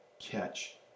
catch